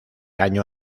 año